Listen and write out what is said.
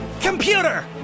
Computer